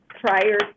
prior